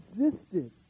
existed